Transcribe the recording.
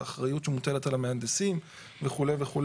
האחריות שמוטלת על המהנדסים וכו'.